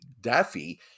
Daffy